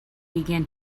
began